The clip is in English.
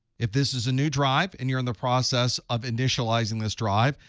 if this is a new drive and you're in the process of initializing this drive,